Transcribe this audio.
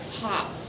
pop